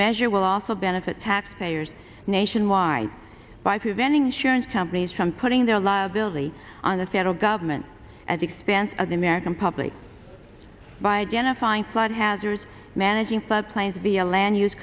measure will also benefit taxpayers nationwide by preventing insurance companies from putting their liability on the federal government as expense of the american public by identifying flood hazards managing flood plains via land use